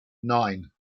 nine